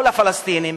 או הפלסטינים,